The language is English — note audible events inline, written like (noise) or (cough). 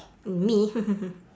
me (laughs)